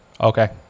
Okay